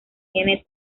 tiene